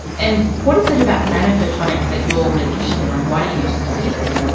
and what is it about nanophotonics that you are really interested in? like why do you study it?